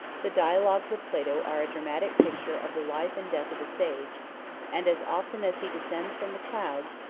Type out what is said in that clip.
the dialogues of plato are a dramatic picture of the life and death of a sage and, as often as he descends from the clouds,